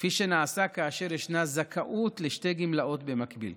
כפי שנעשה כאשר יש זכאות לשתי גמלאות במקביל.